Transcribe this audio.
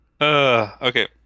Okay